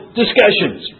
discussions